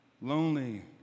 lonely